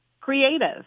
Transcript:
Creative